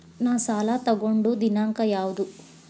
ನಾ ಸಾಲ ತಗೊಂಡು ದಿನಾಂಕ ಯಾವುದು?